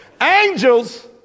Angels